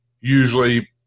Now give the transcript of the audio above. usually